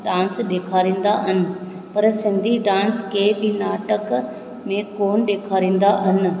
dance ॾेखारींदा आहिनि पर सिंधी डांस खे बि नाटक में कोन ॾेखारींदा आहिनि